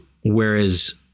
whereas